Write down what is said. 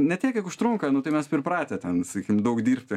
ne tiek kiek užtrunka nu tai mes pripratę ten sakykim daug dirbti